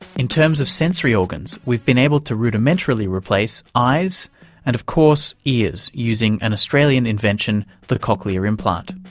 in terms of sensory organs, we've been able to rudimentarily replace eyes and of course ears, using an australian invention, the cochlear implant.